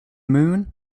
moon